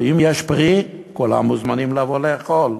ואם יש פרי כולם מוזמנים לבוא לאכול.